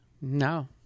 No